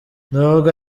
n’ubwo